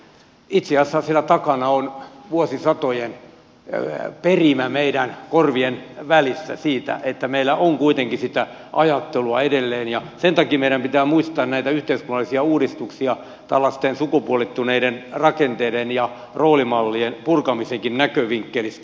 itse asiassa siellä takana on vuosisatojen perimä meidän korvien välissä ja meillä on kuitenkin sitä ajattelua edelleen ja sen takia meidän pitää muistaa katsoa näitä yhteiskunnallisia uudistuksia tällaisten sukupuolittuneiden rakenteiden ja roolimallien purkamisenkin näkövinkkelistä